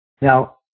Now